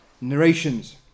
narrations